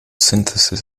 synthesis